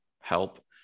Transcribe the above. help